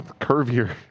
curvier